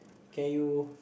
can you